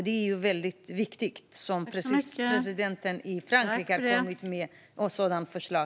Det är väldigt viktigt. Presidenten i Frankrike har också kommit med ett sådant förslag.